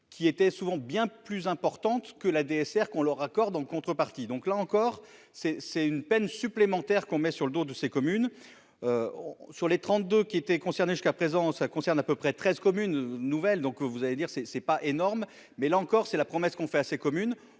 qui étaient souvent bien plus importante que la DSR qu'on leur accorde, en contrepartie, donc là encore c'est c'est une peine supplémentaire qu'on met sur le dos de ces communes sur les 32 qui étaient concernés jusqu'à présent, ça concerne à peu près 13 communes nouvelles, donc vous allez dire c'est c'est pas énorme, mais là encore, c'est la promesse qu'on fait à ces communes,